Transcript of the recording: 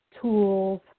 tools